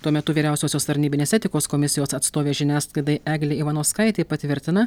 tuo metu vyriausiosios tarnybinės etikos komisijos atstovė žiniasklaidai eglė ivanauskaitė patvirtina